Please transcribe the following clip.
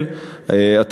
לקבל שתיים וחצי קומות,